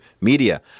media